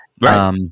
right